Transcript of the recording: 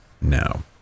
now